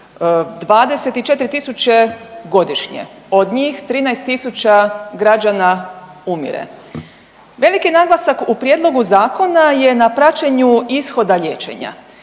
tisuće godišnje, od njih 13 tisuća građana umire. Veliki naglasak u prijedlogu zakona je na praćenju ishoda liječenja